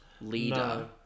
leader